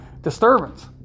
disturbance